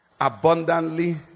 abundantly